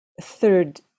third